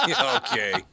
Okay